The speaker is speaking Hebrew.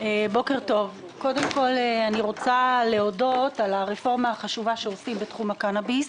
אני רוצה להודות על הרפורמה החשובה שעושים בתחום הקנאביס,